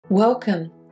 Welcome